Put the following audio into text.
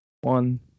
one